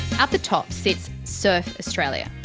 at the top sits surf australia.